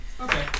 Okay